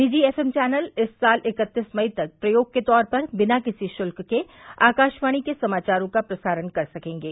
निजी FM channel इस साल इक्कतीस मई तक प्रयोग के तौर पर बिना किसी शुल्क के आकाशवाणी के समाचारों का प्रसारण कर सकेंगे